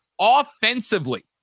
Offensively